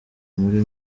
muri